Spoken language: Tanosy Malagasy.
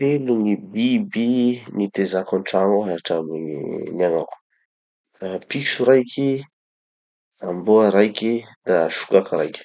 Telo gny biby nitezako antragno ao hatramy gny niaignako. Piso raiky, amboa raiky, da sokaky raiky.